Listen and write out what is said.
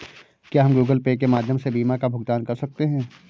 क्या हम Google Pay के माध्यम से बीमा का भुगतान कर सकते हैं?